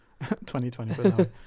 2020